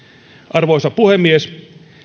arvoisa puhemies